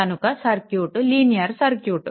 కనుక ఈ circuit linear circuit